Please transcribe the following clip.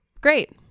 Great